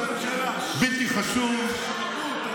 בלתי חשוב,